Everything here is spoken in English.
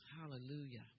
Hallelujah